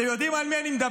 אתם יודעים על מי מדובר?